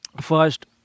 first